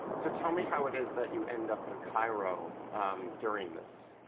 so tell me how it is that you end up in cairo during this?